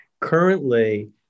Currently